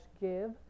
give